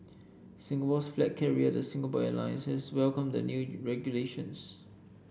Singapore's flag carrier the Singapore Airlines has welcomed the new regulations